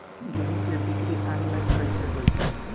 गेहूं के बिक्री आनलाइन कइसे होई?